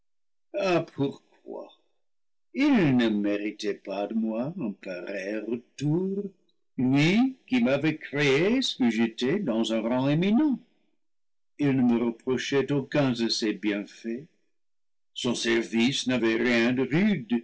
il ne méritait pas de moi un pareil retour lui qui m'a vait créé ce que j'étais dans un rang éminent il ne me repro chait aucun de ses bienfaits son service n'avait rien de